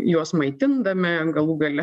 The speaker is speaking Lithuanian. juos maitindami galų gale